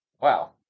Wow